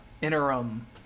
interim